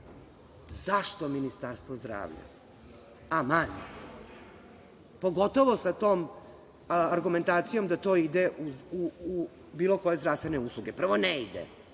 zašto Ministarstvo zdravlja, aman, pogotovo sa tom argumentacijom da to ide u bilo koje zdravstvene usluge? Prvo, ne ide.